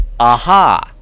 Aha